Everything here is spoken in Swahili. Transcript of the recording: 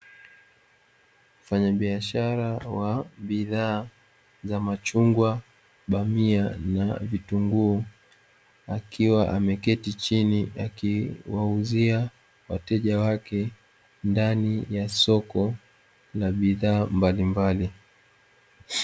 Mfanyabiashara wa bidhaa za machungwa, bamia na vitunguu, akiwa ameketi chini akiwauzia wateja wake ndani ya soko la bidhaa mbalimbali.